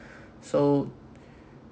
so